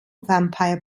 vampire